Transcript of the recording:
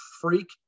freak